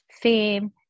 fame